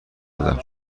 بودم